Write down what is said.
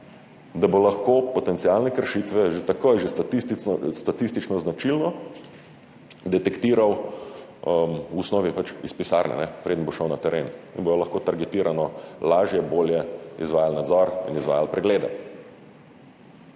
da bo lahko potencialne kršitve že takoj, že statistično značilno detektiral, v osnovi iz pisarne, preden bo šel na teren, in bodo lahko targetirano lažje, bolje izvajali nadzor in izvajali preglede.